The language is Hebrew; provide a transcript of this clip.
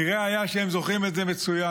נראה היה שהם זוכרים את זה מצוין.